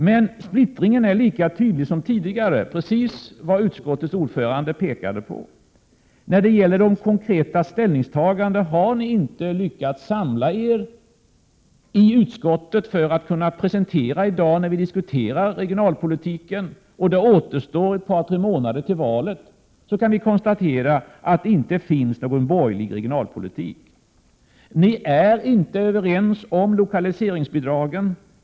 Men splittringen är lika tydlig som tidigare, precis som utskottets ordförande pekade på. När det gäller konkreta ställningstaganden har ni inte lyckats samla er i utskottet för att kunna presentera en borgerlig regionalpolitik i dag, när vi diskuterar ” regionalpolitiken och när det återstår ett par tre månader till valet. Vi kan konstatera att det inte finns någon borgerlig regionalpolitik. Ni är inte överens om lokaliseringsbidragen.